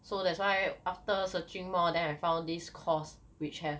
so that's why after searching more then I found this course which have